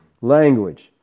language